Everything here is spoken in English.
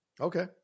Okay